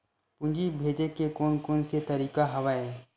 पूंजी भेजे के कोन कोन से तरीका हवय?